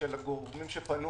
הגורמים שפנו